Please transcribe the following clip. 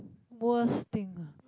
worst thing ah